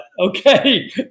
okay